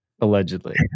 Allegedly